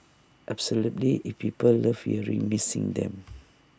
absolutely if people love hearing me sing them